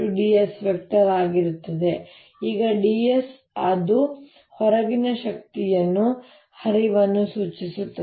dS ಆಗಿರುತ್ತದೆ ಈಗ ds ಅದು ಹೊರಗಿನ ಶಕ್ತಿಯ ಹರಿವನ್ನು ಸೂಚಿಸುತ್ತದೆ